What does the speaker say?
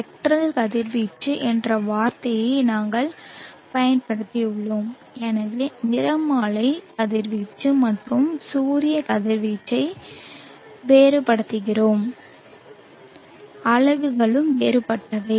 spectral கதிர்வீச்சு என்ற வார்த்தையை நாங்கள் பயன்படுத்தியுள்ளோம் எனவே நிறமாலை கதிர்வீச்சு மற்றும் சூரிய கதிர்வீச்சை வேறுபடுத்துகிறோம் அலகுகள் வேறுபட்டவை